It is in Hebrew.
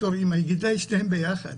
בתור אמא, היא גידלה את שניהם ביחד